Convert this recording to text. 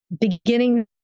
beginning